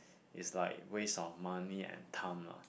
it's like waste of money and time lah